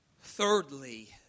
Thirdly